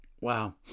Wow